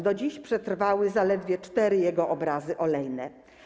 Do dziś przetrwały zaledwie cztery jego obrazy olejne.